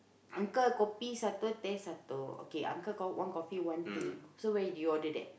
uncle kopi satu teh satu okay uncle co~ one coffee one tea so where you do you order that